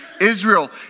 Israel